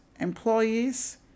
employees